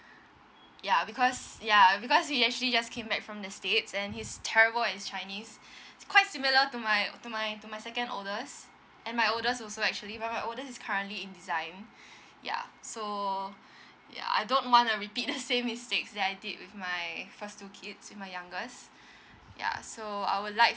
ya because ya because we actually just came back from the states and he's terrible at his chinese he's quite similar to my to my to my second oldest and my oldest also actually but my oldest is currently in design ya so ya I don't wanna repeat the same mistakes that I did with my first two kids with my youngest ya so I would like